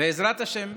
אני מסיים.